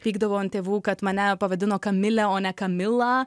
pykdavau ant tėvų kad mane pavadino kamile o ne kamila